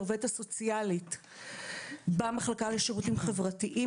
העובדת הסוציאלית במחלקה לשירותים חברתיים,